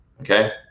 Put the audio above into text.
okay